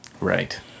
Right